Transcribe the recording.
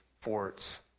forts